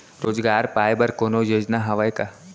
रोजगार पाए बर कोनो योजना हवय का?